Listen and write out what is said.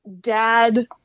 dad